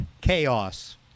chaos